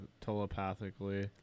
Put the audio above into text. telepathically